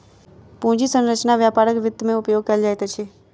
पूंजी संरचना व्यापारक वित्त में उपयोग कयल जाइत अछि